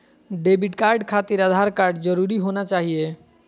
Debit card खातिर Aadhaar card जरूरी होना चाहिए?